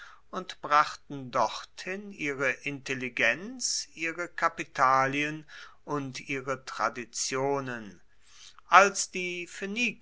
und brachten dorthin ihre intelligenz ihre kapitalien und ihre traditionen als die phoeniker